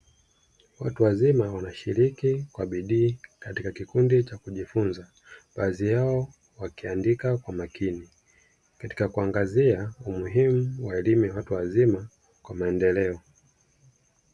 Watu wazima wanashiriki kwa bidii katika kikundi cha kujifunza, baadhi yao wakiandika kwa makini, katika kuangazia umuhimu wa elimu ya watu wazima kwa maendeleo.